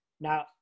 Now